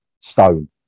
stone